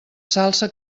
salsa